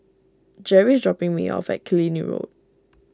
Gerry is dropping me off at Killiney Road